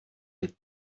les